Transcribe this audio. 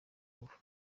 ngufu